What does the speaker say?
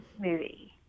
movie